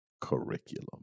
curriculum